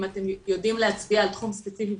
אם אתם יודעים להצביע על תחום ספציפי,